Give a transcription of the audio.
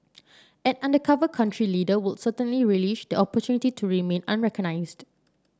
an undercover country leader would certainly relish the opportunity to remain unrecognised